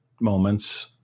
moments